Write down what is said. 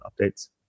updates